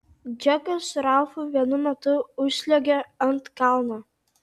džekas su ralfu vienu metu užsliuogė ant kalno